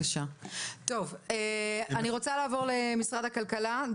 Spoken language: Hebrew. אני רוצה לעבור למשרד הכלכלה.